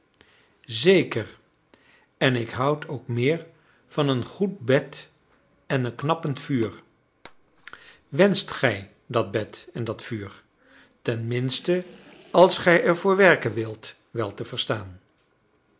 zeker en ik houd ook meer van een goed bed en een knappend vuur wenscht gij dat bed en dat vuur tenminste als gij ervoor werken wilt wel te verstaan